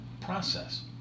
process